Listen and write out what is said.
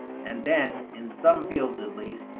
and then, in some fields at least,